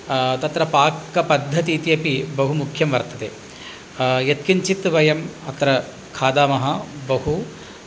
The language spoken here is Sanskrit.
तत्र पाक्क्पद्धति इत्यपि बहुमुख्यं वर्तते यत् किञ्चित् वयम् अत्र खादामः बहु